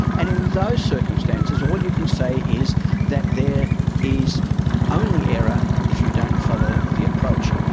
and in those circumstances, all you can say is that there is only error if you don't follow the approach.